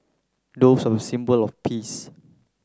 doves are a symbol of peace